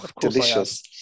delicious